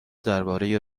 درباره